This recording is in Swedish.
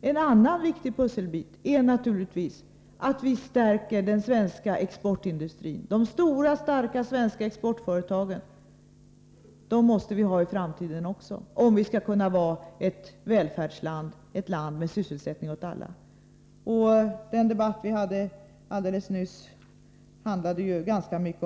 En annan viktig pusselbit är naturligtvis en stärkt svensk exportindustri. Om Sverige skall kunna vara ett välfärdsland, ett land med sysselsättning åt alla, behövs också i framtiden de stora starka svenska exportföretagen. Alldeles nyss handlade debatten i ganska stor utsträckning om just dessa saker.